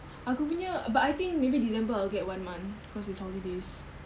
aku punya but I think maybe december I'll get one month because it's holidays